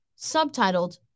subtitled